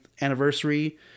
anniversary